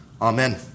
Amen